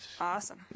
Awesome